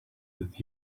with